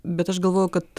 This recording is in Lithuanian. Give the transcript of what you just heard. bet aš galvoju kad